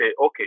okay